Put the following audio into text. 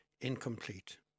incomplete